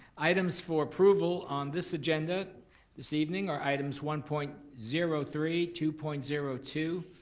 items for approval on this agenda this evening are items one point zero three, two point zero two,